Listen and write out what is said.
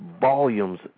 volumes